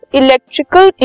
electrical